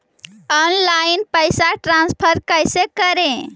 Online पैसा transfer कैसे करे?